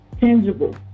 tangible